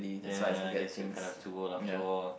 ya I guess you kind of too old after all